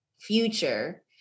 future